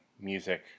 music